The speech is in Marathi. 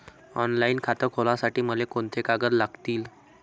ऑनलाईन खातं खोलासाठी मले कोंते कागद लागतील?